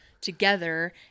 together